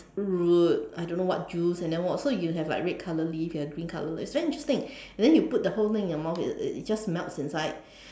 ~root I don't know what juice and then what so you have like red color leaf you have green color leaves very interesting and then you put the whole thing in your mouth it it just melts inside